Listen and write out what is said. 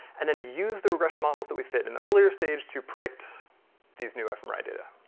and then use the regression models that we fit in the earlier stage to predict these new fmri data.